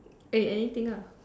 eh anything ah